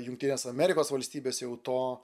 jungtinės amerikos valstybės jau to